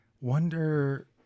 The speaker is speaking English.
Wonder